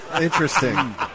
Interesting